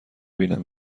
بینم